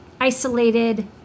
isolated